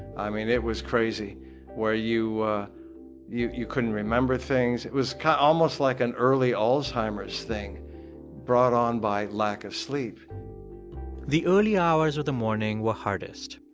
i mean, it was crazy where you you couldn't remember things. it was almost like an early alzheimer's thing brought on by lack of sleep the early hours of the morning were hardest.